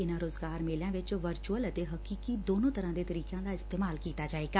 ਇਨੂਾ ਰੋਜ਼ਗਾਰ ਮੇਲਿਆ ਚ ਵਰਚੁਅਲ ਅਤੇ ਹਕੀਕੀ ਦੋਨੋਂ ਤਰਾਂ ਦੇ ਤਰੀਕਿਆਂ ਦਾ ਇਸੇਤਮਾਲ ਕੀਤਾ ਜਾਏਗਾ